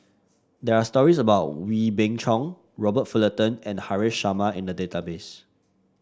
there are stories about Wee Beng Chong Robert Fullerton and Haresh Sharma in the database